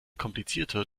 komplizierter